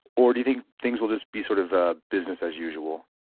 or do you think things will just be sort of ah business as usual?